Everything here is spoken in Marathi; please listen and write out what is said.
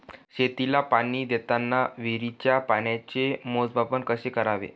शेतीला पाणी देताना विहिरीच्या पाण्याचे मोजमाप कसे करावे?